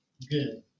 good